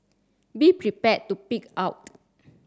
be prepared to pig out